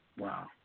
Wow